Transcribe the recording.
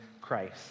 Christ